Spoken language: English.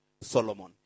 Solomon